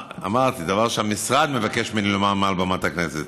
אמרתי, דבר שהמשרד מבקש ממני לומר מעל במת הכנסת.